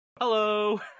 hello